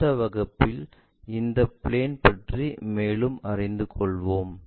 அடுத்த வகுப்பில் இந்த பிளேன் பற்றி மேலும் அறிந்து கொள்வோம்